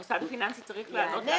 המוסד הפיננסי צריך לענות על ההשגה הזאת?